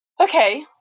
okay